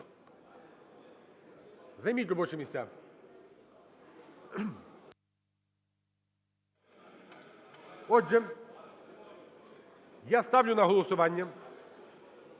Займіть робочі місця. Отже, я ставлю на голосування